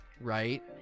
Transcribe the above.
right